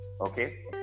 Okay